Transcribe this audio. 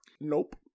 Nope